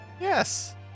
Yes